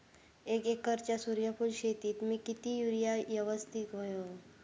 एक एकरच्या सूर्यफुल शेतीत मी किती युरिया यवस्तित व्हयो?